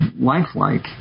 lifelike